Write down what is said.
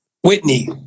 Whitney